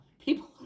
people